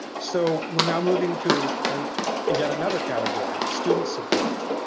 so we're now moving to and ah and yet another category, student support.